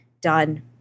done